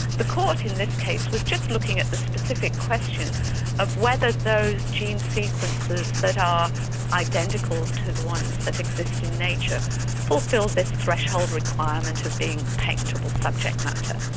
the court in this case was just looking at the specific question of whether those gene sequences that are identical to the ones that exist in nature fulfilled this threshold requirement of being patentable subject matter.